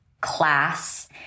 class